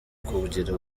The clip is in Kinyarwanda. kugira